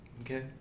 Okay